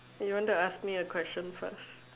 you want to ask me a question first